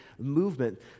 Movement